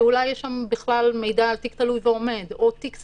שאולי יש שם בכלל מידע על תיק תלוי ועומד או תיק סגור,